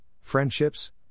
friendships